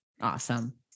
Awesome